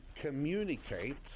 communicate